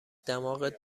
دماغت